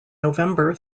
november